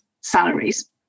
salaries